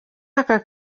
ako